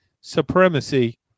supremacy